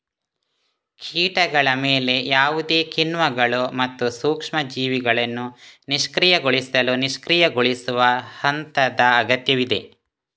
ಕೀಟಗಳ ಮೇಲೆ ಯಾವುದೇ ಕಿಣ್ವಗಳು ಮತ್ತು ಸೂಕ್ಷ್ಮ ಜೀವಿಗಳನ್ನು ನಿಷ್ಕ್ರಿಯಗೊಳಿಸಲು ನಿಷ್ಕ್ರಿಯಗೊಳಿಸುವ ಹಂತದ ಅಗತ್ಯವಿದೆ